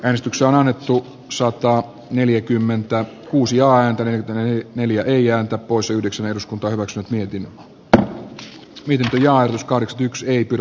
äänestykseannetun sotaa neljäkymmentä uusia antaneen noin neljältä pois yhdeksän eduskunta hyväksyi heidin minäkin uskon yksi ei pidä